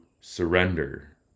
surrender